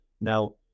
Now